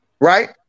right